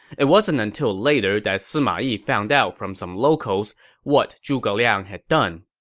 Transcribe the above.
it wasn't until later that sima yi found out from some locals what zhuge liang had done